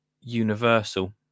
universal